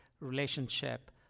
relationship